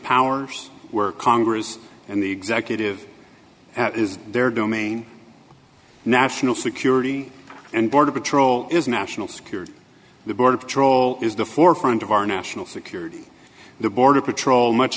powers work congress and the executive at is their domain national security and border patrol is national security the border patrol is the forefront of our national security the border patrol much